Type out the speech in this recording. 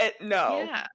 No